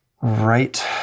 right